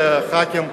לחברי הכנסת,